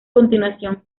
continuación